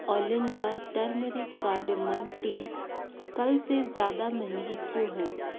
औलिंडा turmeric cardamom tea कल से ज़्यादा महंगी क्यों है